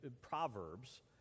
Proverbs